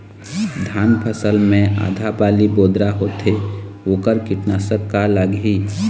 धान फसल मे आधा बाली बोदरा होथे वोकर कीटनाशक का लागिही?